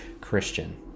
Christian